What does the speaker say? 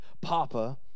Papa